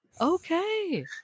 Okay